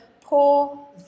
poor